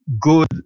good